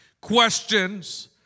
Questions